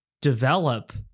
develop